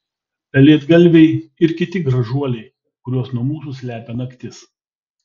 pelėdgalviai ir kiti gražuoliai kuriuos nuo mūsų slepia naktis